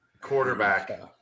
Quarterback